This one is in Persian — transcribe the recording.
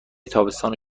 تابستان